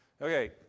Okay